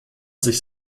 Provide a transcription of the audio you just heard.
sich